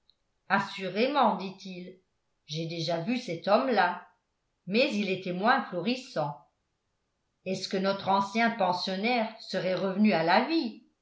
assurément dit-il j'ai déjà vu cet homme-là mais il était moins florissant est-ce que notre ancien pensionnaire serait revenu à la vie